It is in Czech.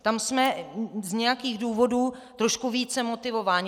Tam jsme z nějakých důvodů trošku více motivováni.